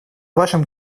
вашим